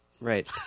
Right